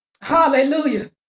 Hallelujah